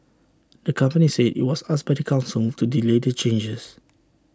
the company said IT was asked by the Council to delay the changes